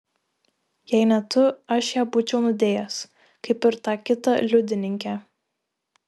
jei ne tu aš ją būčiau nudėjęs kaip ir tą kitą liudininkę